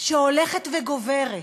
שהולכת וגוברת